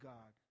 God